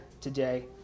today